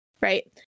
right